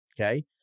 Okay